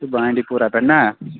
تہٕ بانڈی پوٗرا پٮ۪ٹھ نا